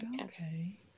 okay